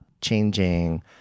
changing